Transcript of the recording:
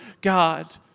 God